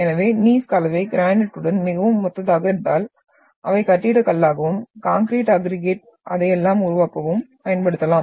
எனவே நீய்ஸ் கலவை கிரானைட்டுடன் மிகவும் ஒத்ததாக இருந்தால் அவை கட்டிடக் கல்லாகவும் கான்கிரீட் அக்ரிகய்ட் அதையெல்லாம் உருவாக்கவும் பயன்படுத்தலாம்